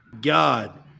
God